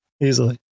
Easily